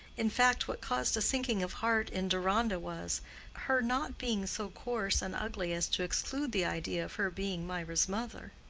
in fact, what caused a sinking of heart in deronda was her not being so coarse and ugly as to exclude the idea of her being mirah's mother.